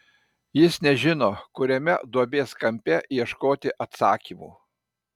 jis nežino kuriame duobės kampe ieškoti atsakymų